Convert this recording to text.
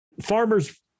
farmers